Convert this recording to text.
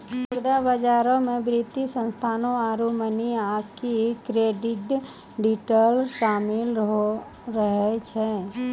मुद्रा बजारो मे वित्तीय संस्थानो आरु मनी आकि क्रेडिट डीलर शामिल रहै छै